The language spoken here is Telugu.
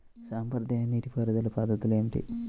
సాంప్రదాయ నీటి పారుదల పద్ధతులు ఏమిటి?